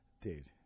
Dude